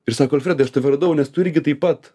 ir sako alfredai aš tave radau nes tu irgi taip pat